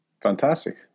Fantastic